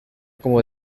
como